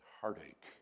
heartache